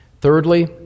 Thirdly